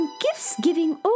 gifts-giving